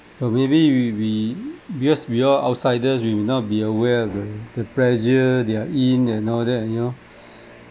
but maybe we we because we all outsiders we will not be aware of the the pressure they're in and all that you know